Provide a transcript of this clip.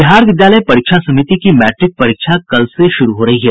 बिहार विद्यालय परीक्षा समिति की मैट्रिक परीक्षा कल से शुरू हो रही है